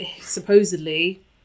Supposedly